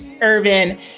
Irvin